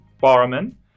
Barman